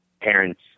parents